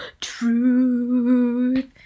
truth